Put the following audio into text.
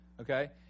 Okay